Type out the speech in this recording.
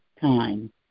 time